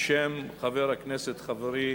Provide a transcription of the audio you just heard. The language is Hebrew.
בשם חבר הכנסת חברי